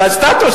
"סטטוס"